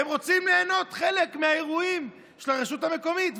הם רוצים ליהנות מחלק מהאירועים של הרשות המקומית,